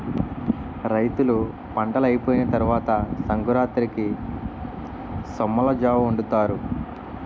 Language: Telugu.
రైతులు పంటలైపోయిన తరవాత సంకురాతిరికి సొమ్మలజావొండుతారు